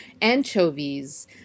anchovies